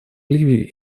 ливии